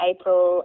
April